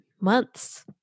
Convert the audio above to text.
months